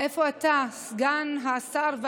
איפה אתה, סגן השר?